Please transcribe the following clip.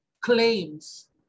claims